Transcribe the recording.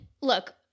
look